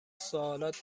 سوالات